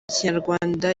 kinyarwanda